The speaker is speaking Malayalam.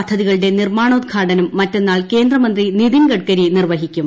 പദ്ധതികളുടെ നിർമ്മാണോദ്ഘാടനം മറ്റെന്നാൾ കേന്ദ്രമന്ത്രി നിതിൻ ഗഡ്കരി നിർവ്വഹിക്കും